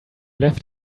left